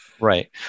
Right